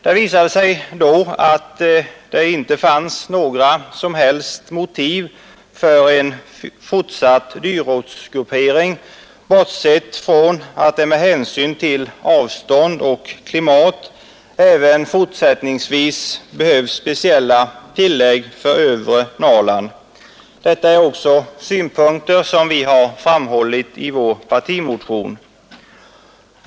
Det visade sig genom denna undersökning att det inte finns några som helst motiv för en fortsatt dyrortsgruppering, bortsett från att det med hänsyn till avstånd och klimat även fortsättningsvis behövs speciella tillägg för övre Norrland. Detta är också den synpunkt som vi framhållit i vår motion.